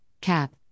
CAP